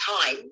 time